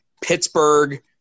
Pittsburgh